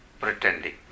pretending